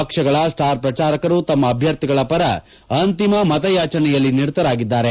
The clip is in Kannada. ಪಕ್ಷಗಳ ಸ್ಟಾರ್ ಪ್ರಚಾರಕರು ತಮ್ಮ ಅಭ್ಯರ್ಥಿಗಳ ಪರ ಅಂತಿಮ ಮತ ಯಾಚನೆಯಲ್ಲಿ ನಿರತರಾಗಿದ್ದಾರೆ